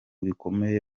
bikomeye